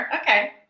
Okay